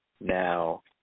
now